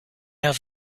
have